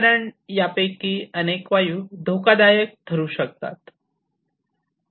कारण यापैकी अनेक वायू धोकादायक ठरू शकतात